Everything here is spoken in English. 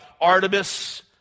Artemis